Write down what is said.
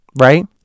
right